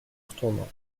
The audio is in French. retournant